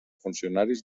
funcionaris